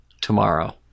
tomorrow